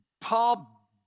Paul